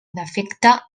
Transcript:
defecte